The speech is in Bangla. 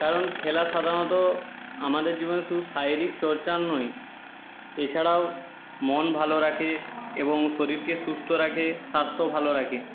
কারণ খেলা সাধারণত আমাদের জীবনে শুধু শারীরিকচর্চার নয় এছাড়াও মন ভালো রাখে এবং শরীরকে সুস্থ রাখে স্বাস্থ্য ভালো রাখে